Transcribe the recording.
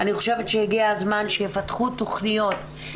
אני חושבת שהגיע הזמן שיפתחו תכניות.